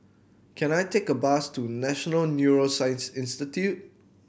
can I take a bus to National Neuroscience Institute